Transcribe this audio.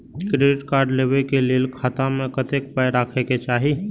Credit card लेबै के लेल खाता मे कतेक पाय राखै के चाही?